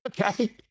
Okay